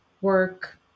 work